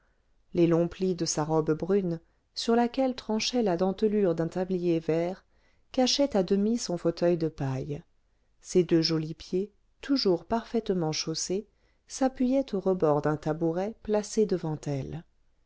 les longs plis de sa robe brune sur laquelle tranchait la dentelure d'un tablier vert cachaient à demi son fauteuil de paille ses deux jolis pieds toujours parfaitement chaussés s'appuyaient au rebord d'un tabouret placé devant elle